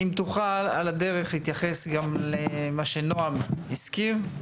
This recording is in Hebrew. אם תוכל על הדרך להתייחס גם למה שנועם הזכיר.